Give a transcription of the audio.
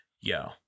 yo